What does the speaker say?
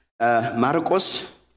Marcos